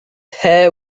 heir